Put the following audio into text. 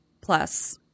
plus